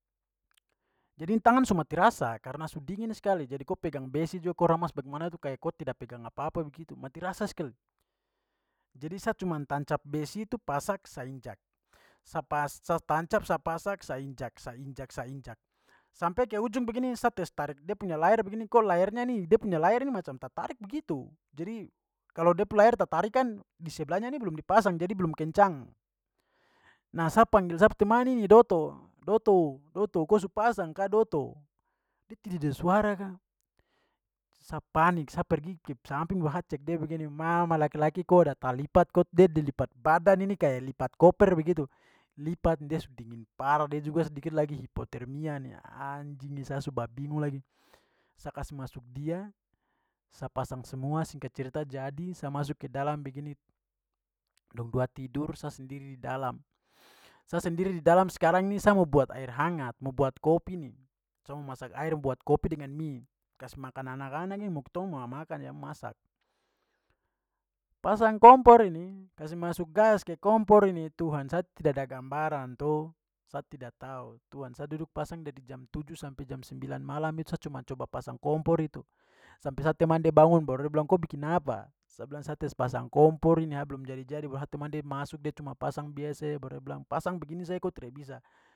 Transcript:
Jadi ini tangan su mati rasa karena su dingin sekali. Jadi ko pegang besi juga ko ramas bagaimana tu kaya ko tidak pegang apa-apa begitu, mati rasa sekali. Jadi sa cuman tancap besi itu pasak, sa injak. Sa pas- sa tancap, sa pasak, sa injak, sa injak, sa injak. Sampai ke ujung begini saya tes tarik dia punya layar begini kok layarnya ni, de punya layar ini macam tatarik begitu. Jadi kalau de pu layar tatarik kan di sebelanya ni belum dipasang jadi belum kencang. Nah, sa panggil sa pu teman ini, dotto, "dotto, dotto, ko su pasang ka dotto?" De tidak ada suara ka. Sa panik. Sa pergi ke samping baru sa cek dia begini, mama, laki-laki ko ada talipat, de ada lipat badan ini kayak lipat koper begitu. Lipat ni da sudah dingin parah. Dia juga sedikit lagi hipotermia ni. Anjing ni, sa su babingung lagi. Sa kasi masuk dia sa pasang semua, singkat cerita jadi, saya masuk ke dalam begini dong dua tidur sa sendiri di dalam. Sa sendiri di dalam sekarang ni sa mo buat air hangat, mo buat kopi ni. Sa mo masak air mo buat kopi dengan mi. Kasi makan anak-anak ini ya masak. Pasang kompor ini, kasi masuk gas ke kompor ini, tuhan, sa tidak ada gambaran to, sa tidak tahu. Tuhan, sa duduk pasang dari jam tujuh sampe jam sembilan malam itu sa cuma coba pasang kompor itu. Sampe sa teman de bangun baru da bilang ko bikin apa, sa bilang sa tes pasang kompor ini sa belum jadi-jadi. Baru sa teman de masuk de cuma pasang biasa saja baru da bilang pasang begini saja ko tidak bisa.